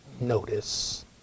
notice